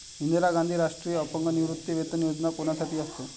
इंदिरा गांधी राष्ट्रीय अपंग निवृत्तीवेतन योजना कोणासाठी असते?